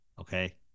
okay